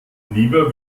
lieber